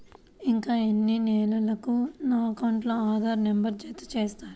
ఇంకా ఎన్ని నెలలక నా అకౌంట్కు ఆధార్ నంబర్ను జత చేస్తారు?